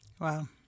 Wow